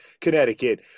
Connecticut